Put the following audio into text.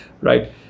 right